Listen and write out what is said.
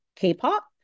K-pop